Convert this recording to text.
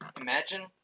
Imagine